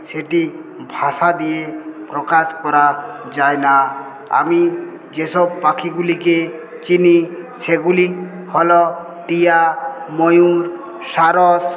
সেটি ভাষা দিয়ে প্রকাশ করা যায় না আমি যেসব পাখিগুলিকে চিনি সেগুলি হল টিয়া ময়ূর সারস